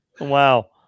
Wow